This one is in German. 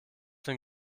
den